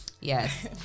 Yes